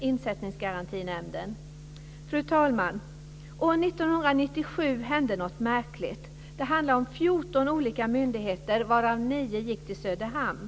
År 1997 hände något märkligt. Det handlade om 14 olika myndigheter, varav nio gick till Söderhamn.